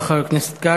תודה רבה, חבר הכנסת כץ.